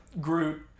Groot